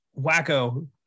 wacko